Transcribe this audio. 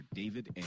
david